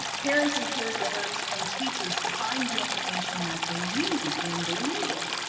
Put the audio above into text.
parents, and caregivers, and teachers to find the information that they need when they need it.